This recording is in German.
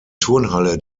turnhalle